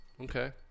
Okay